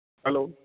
hello